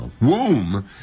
womb